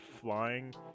flying